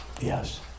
Yes